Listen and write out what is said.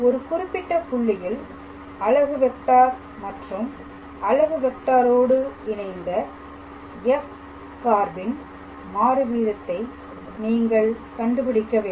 ஒரு குறிப்பிட்ட புள்ளியில் அலகு வெக்டார் மற்றும் அலகு வெக்டாரோடு இணைந்த f சார்பின் மாறு வீதத்தை நீங்கள் கண்டுபிடிக்க வேண்டும்